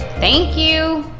thank you.